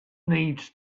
needs